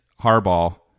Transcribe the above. Harbaugh